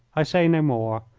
i say no more!